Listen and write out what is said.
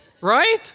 right